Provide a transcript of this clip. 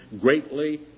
greatly